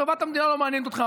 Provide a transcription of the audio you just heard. טובת המדינה לא מעניינת אתכם.